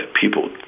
people